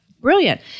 brilliant